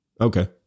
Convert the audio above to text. Okay